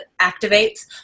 activates